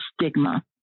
stigma